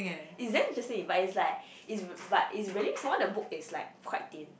it's damn interesting but it's like it's but it's really some more the book is like quite thin